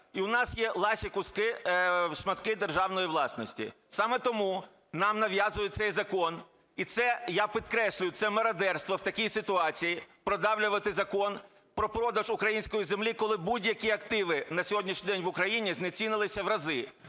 і у нас є ласі куски, шматки державної власності. Саме тому нам нав'язують цей закон, і це, я підкреслюю, це мародерство в такій ситуації продавлювати Закон про продаж української землі, коли будь-які активи на сьогоднішній день в Україні знецінилися в рази,